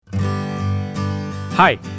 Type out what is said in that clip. Hi